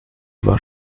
war